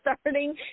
starting